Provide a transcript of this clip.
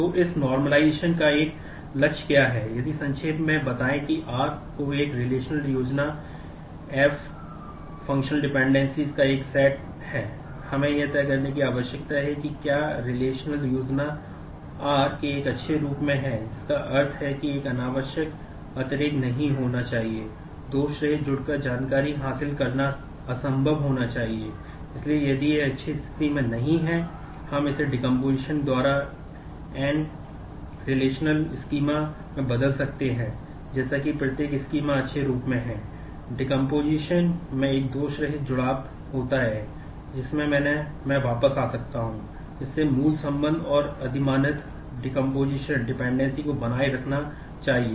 तो इस नॉर्मलिज़शन को बनाए रखना चाहिए